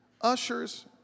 Ushers